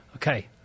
Okay